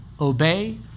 obey